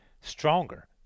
stronger